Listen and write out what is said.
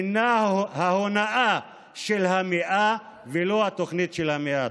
הינה ההונאה של המאה ולא התוכנית של המאה.